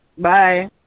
Bye